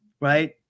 right